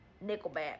Nickelback